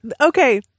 okay